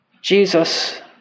Jesus